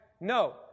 No